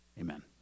amen